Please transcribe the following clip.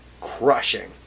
crushing